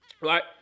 Right